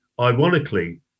Ironically